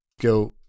go